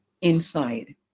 inside